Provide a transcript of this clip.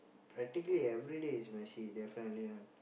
practically everyday is messy definitely [one]